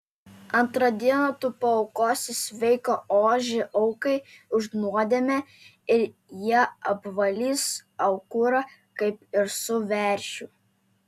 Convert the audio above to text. antrą dieną tu paaukosi sveiką ožį aukai už nuodėmę ir jie apvalys aukurą kaip ir su veršiu